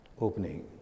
opening